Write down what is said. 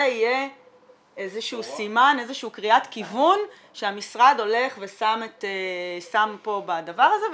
זה יהיה איזושהי קריאת כיוון שהמשרד הולך ושם פה בדבר הזה,